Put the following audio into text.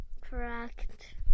Correct